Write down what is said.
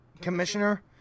commissioner